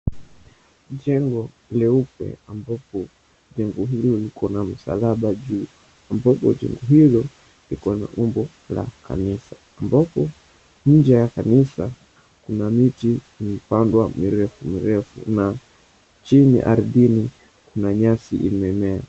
Jengo leupe ambapo jengo hilo likona msalaba juu ambapo jengo hilo likona umbo kanisa ambapo nje ya kanisa kuna miti imepandwa mirefumirefu na chini ardhini kuna nyasi imemea.